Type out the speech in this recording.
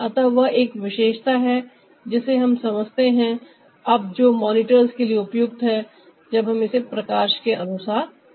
अतः वह एक विशेषता है जिसे हम समझते हैं अब जो मॉनिटर्स के लिए उपयुक्त हैजब हम इसे प्रकाश के अनुसार देखते हैं